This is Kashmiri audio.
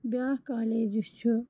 بیٛاکھ کالج یُس چھُ